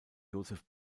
josef